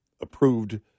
approved